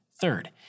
Third